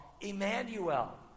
Emmanuel